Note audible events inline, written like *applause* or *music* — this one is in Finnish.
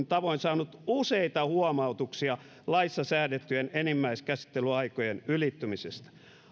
*unintelligible* tavoin saanut useita huomautuksia laissa säädettyjen enimmäiskäsittelyaikojen ylittymisestä